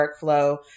workflow